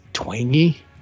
twangy